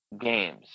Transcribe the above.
games